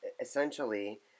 essentially